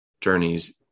journeys